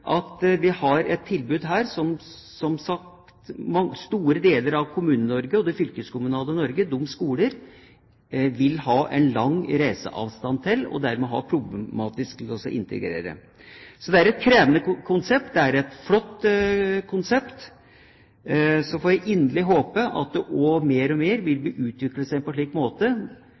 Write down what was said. at vi har et tilbud her som skolene i store deler av Kommune-Norge og det fylkeskommunale Norge vil ha en lang reiseavstand til, og som det dermed vil være problematisk å integrere. Så det er et krevende konsept. Det er et flott konsept. Så får vi inderlig håpe at det mer og mer vil utvikle seg på en måte